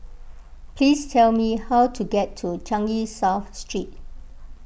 please tell me how to get to Changi South Street